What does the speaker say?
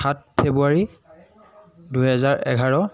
সাত ফেব্ৰুৱাৰী দুহেজাৰ এঘাৰ